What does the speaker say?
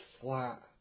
flat